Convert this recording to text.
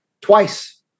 twice